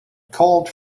called